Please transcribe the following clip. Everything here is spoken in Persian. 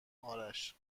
آرش